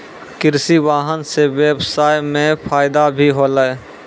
कृषि वाहन सें ब्यबसाय म फायदा भी होलै